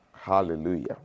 Hallelujah